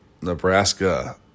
Nebraska